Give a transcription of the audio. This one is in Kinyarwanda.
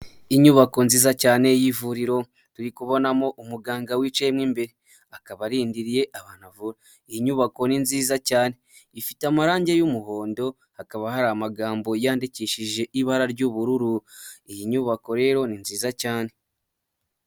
Inyubako nziza cyane y'ivuriro, turi kubonamo umuganga wicayemo imbere, akaba arindiriye abantu avura. Iyi nyubako ni nziza cyane, ifite amarangi y'umuhondo, hakaba hari amagambo yandikishije ibara ry'ubururu, iyi nyubako rero ni nziza cyane.